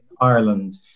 Ireland